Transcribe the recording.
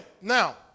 now